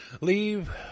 Leave